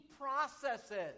processes